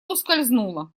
ускользнуло